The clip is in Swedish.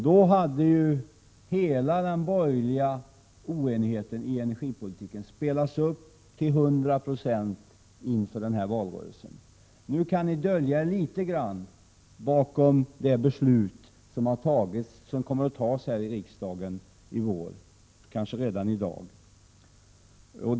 Då hade ju hela den borgerliga oenigheten när det gäller energipolitiken spelats upp till hundra procent inför valrörelsen. Nu kan ni dölja er litet grand bakom det beslut som kommer att fattas här i riksdagen, kanske redan i dag.